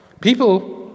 People